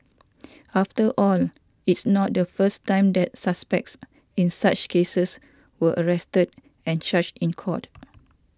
after all it's not the first time that suspects in such cases were arrested and charged in court